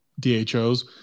DHOs